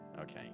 Okay